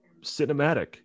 cinematic